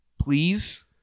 Please